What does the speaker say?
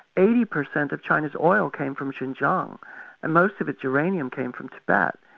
eighty percent of chinese oil came from xinjiang and most of its uraniumn came from tibet.